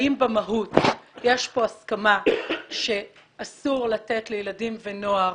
האם במהות יש פה הסכמה שאסור לתת לילדים ולנוער